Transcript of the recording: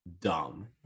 dumb